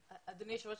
אדוני היושב ראש,